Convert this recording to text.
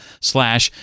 slash